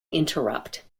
interrupt